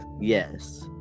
Yes